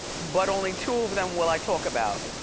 but only two of them will i talk about.